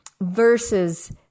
versus